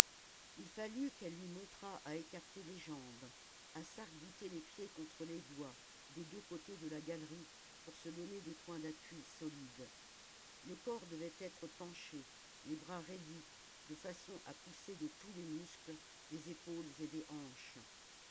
il fallut qu'elle lui montrât à écarter les jambes à sarc bouter les pieds contre les bois des deux côtés de la galerie pour se donner des points d'appui solides le corps devait être penché les bras raidis de façon à pousser de tous les muscles des épaules et des hanches